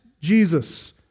Jesus